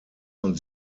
von